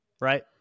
right